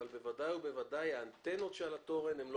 אבל בוודאי ובוודאי האנטנות שעל התורן הן לא